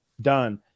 done